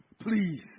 Please